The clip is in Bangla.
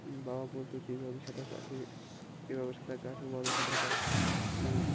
বাবা বলতো যে এইভাবে সাঁতার কাট এভাবে সাঁতার কাট ওভাবে সাঁতার কাট